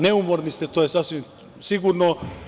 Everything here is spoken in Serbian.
Neumorni ste, to je sasvim sigurno.